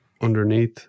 underneath